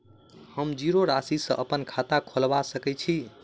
हम जीरो राशि सँ अप्पन खाता खोलबा सकै छी?